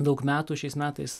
daug metų šiais metais